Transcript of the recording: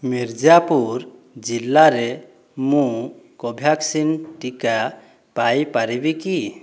ମିର୍ଜାପୁର ଜିଲ୍ଲାରେ ମୁଁ କୋଭ୍ୟାକ୍ସିନ୍ ଟିକା ପାଇପାରିବି କି